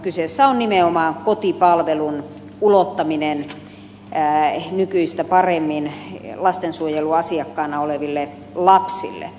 kyseessä on nimenomaan kotipalvelun ulottaminen nykyistä paremmin lastensuojeluasiakkaina oleville lapsille